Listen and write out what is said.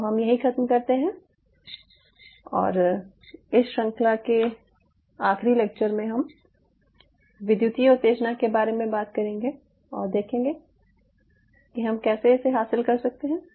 तो हम यहीं ख़त्म करते हैं और इस श्रृंखला के आखिरी लेक्चर में हम विद्युतीय उत्तेजना के बारे में बात करेंगे और देखेंगे कि हम कैसे इसे हासिल कर सकते हैं